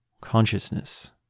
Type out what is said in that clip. consciousness